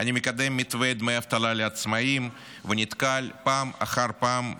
אני מקדם מתווה דמי אבטלה לעצמאים ונתקל פעם אחר פעם,